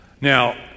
now